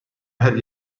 her